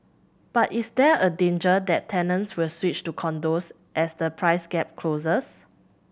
but is there a danger that tenants will switch to condos as the price gap closes